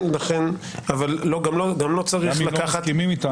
גם אם לא מסכימים איתנו.